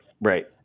right